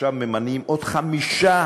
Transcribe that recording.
עכשיו ממנים עוד חמישה